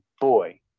boy